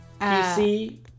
PC